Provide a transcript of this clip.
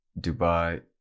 Dubai